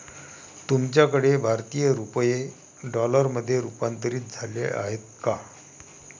तुमच्याकडे भारतीय रुपये डॉलरमध्ये रूपांतरित झाले आहेत का?